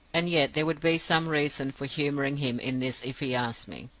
and yet there would be some reason for humoring him in this if he asked me.